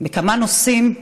מכמה נושאים.